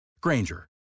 Granger